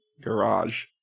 garage